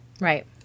Right